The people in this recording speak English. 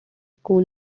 school